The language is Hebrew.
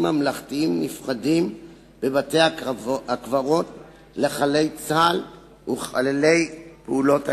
ממלכתיים נפרדים בבתי-הקברות לחללי צה"ל ולחללי פעולות האיבה.